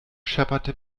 schepperte